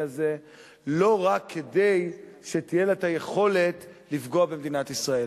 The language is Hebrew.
הזה לא רק כדי שתהיה לה היכולת לפגוע במדינת ישראל: